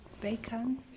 Bacon